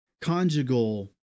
conjugal